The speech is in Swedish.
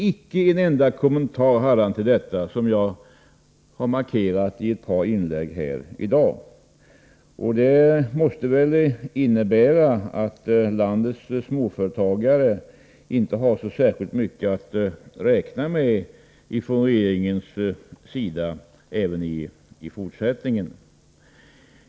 Icke en enda kommentar hade han att göra till detta, som jag markerat i ett par inlägg i dag. Det måste väl innebära att landets småföretagare inte heller i fortsättningen har så särskilt mycket att vänta sig från regeringens sida.